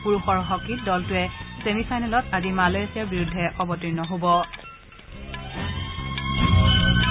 পুৰুষৰ হকী দলটোৱে চেমি ফাইনেলত মালয়েছিয়াৰ বিৰুদ্ধে অৱৰ্তীণ হ'ব